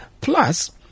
Plus